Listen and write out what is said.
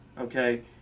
okay